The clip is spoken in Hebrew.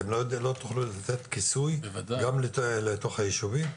אתם לא תוכלו לתת כיסוי גם לתוך היישובים?